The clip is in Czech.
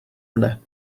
mne